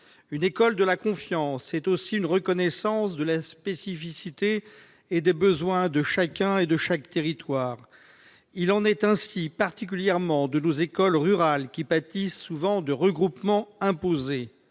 Une école de la confiance implique aussi une reconnaissance de la spécificité et des besoins de chaque territoire. Il en est ainsi, notamment, de nos écoles rurales, qui pâtissent souvent de regroupements imposés.